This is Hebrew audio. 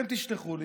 אתם תשלחו לי,